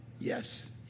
Yes